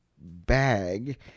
bag